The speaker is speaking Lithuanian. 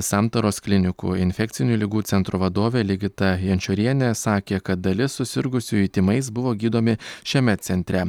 santaros klinikų infekcinių ligų centro vadovė ligita jančiorienė sakė kad dalis susirgusiųjų tymais buvo gydomi šiame centre